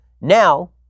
now